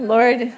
Lord